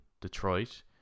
Detroit